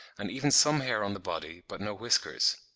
and even some hair on the body, but no whiskers.